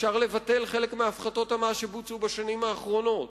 אפשר לבטל חלק מהפחתות המס שבוצעו בשנים האחרונות,